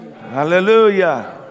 Hallelujah